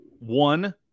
one